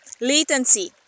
Latency